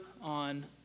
on